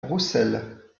roussel